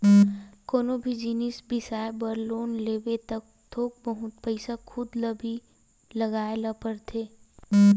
कोनो भी जिनिस बिसाए बर लोन लेबे त थोक बहुत पइसा खुद ल भी लगाए ल परथे